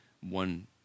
one